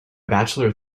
bachelor